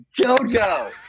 Jojo